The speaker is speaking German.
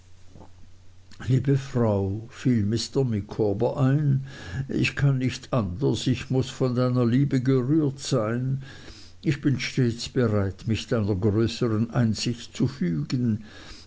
liebe frau fiel mr micawber ein ich kann nicht anders ich muß von deiner liebe gerührt sein ich bin stets bereit mich deiner größern einsicht zu fügen